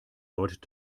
deutet